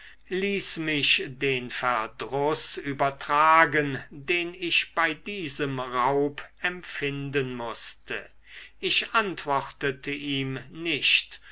ließ mich den verdruß übertragen den ich bei diesem raub empfinden mußte ich antwortete ihm nicht